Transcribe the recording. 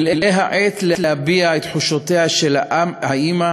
ילאה העט מלהביע את תחושותיה של האימא,